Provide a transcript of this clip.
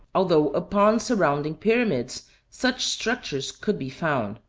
although upon surrounding pyramids such structures could be found.